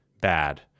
bad